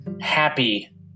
happy